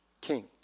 king